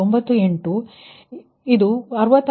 98 ಈ ಒಂದು 31